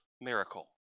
miracle